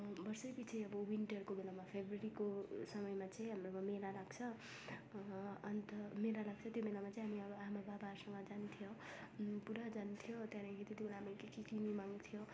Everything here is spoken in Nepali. वर्षैपिछे अब विन्टरको बेलामा फेब्रुअरीको समयमा चाहिँ हाम्रोमा मेला लाग्छ अन्त मेला लाग्छ त्यो मेलामा चाहिँ हामी अब आमा बाबाहरूसँग जान्थ्यौँ पुरा जान्थ्यौँ त्यहाँदेखि त्यत्ति बेला हामीले के के किनिमाग्थ्यौँ